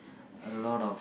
a lot of